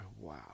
Wow